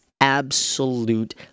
absolute